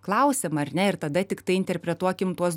klausiama ar ne ir tada tiktai interpretuokim tuos